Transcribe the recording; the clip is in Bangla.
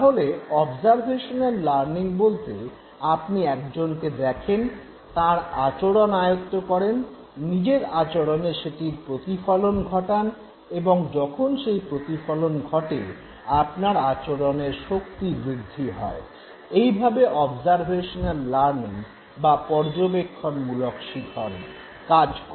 তাহলে অবজারভেশনাল লার্নিং বলতে আপনি একজনকে দেখেন তাঁর আচরণ আয়ত্ত করেন নিজের আচরণে সেটির প্রতিফলন ঘটান এবং যখন সেই প্রতিফলন ঘটে আপনার আচরণের শক্তিবৃদ্ধি হয় - এইভাবে অবজারভেশনাল লার্নিং বা পর্যবেক্ষণমূলক শিখন কাজ করে